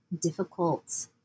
difficult